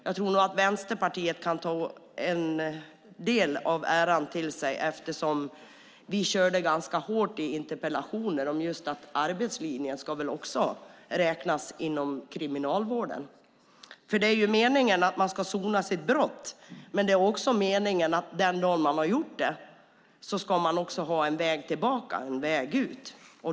Jag tror att Vänsterpartiet kan ta åt sig en del av äran för detta eftersom vi har kört ganska hårt i interpellationer med att arbetslinjen ska räknas också inom kriminalvården. Det är ju meningen att man ska sona sitt brott, men det är också meningen att den dag man har gjort det ska man ha en väg tillbaka och en väg ut.